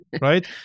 Right